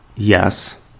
yes